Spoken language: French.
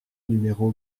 numéro